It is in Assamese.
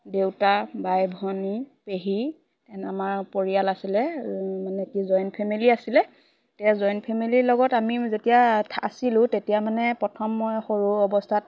দেউতা বাই ভনী পেহী তেন আমাৰ পৰিয়াল আছিলে মানে কি জইণ্ট ফেমিলী আছিলে তে জইণ্ট ফেমিলিৰ লগত আমি যেতিয়া আছিলোঁ তেতিয়া মানে প্ৰথম মই সৰু অৱস্থাত